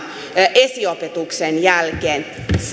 esiopetuksen jälkeen